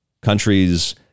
countries